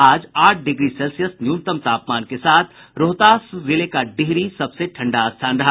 आज आठ degree Celsius न्यूनतम तापमान के साथ रोहतास जिले का डिहरी सबसे ठंडा स्थान रहा